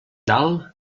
dalt